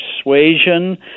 persuasion